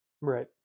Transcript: Right